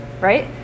right